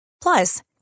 Plus